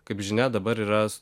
kaip žinia dabar yra